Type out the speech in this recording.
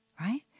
Right